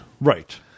right